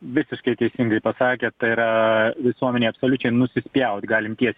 visiškai teisingai pasakėt tai yra visuomenei absoliučiai nusispjaut galim tiek